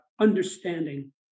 understanding